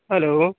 hello